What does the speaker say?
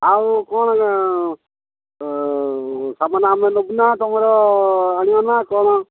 ଆଉ କ'ଣ ସାମାନ ଆମେ ନେବୁନା ତୁମର ଆଣିବା ନା କ'ଣ